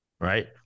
Right